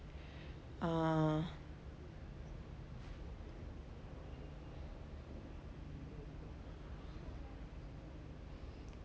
ah